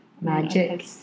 Magic